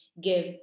give